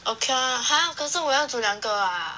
okay ah !huh! 可是我要煮两个 ah